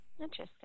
Interesting